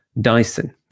Dyson